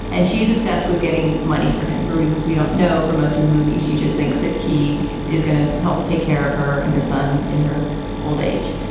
and she she's obsessed with getting money for him for reasons we don't know for most of the movie. she just thinks that he is going to help take care of her and her son in her old age.